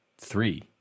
three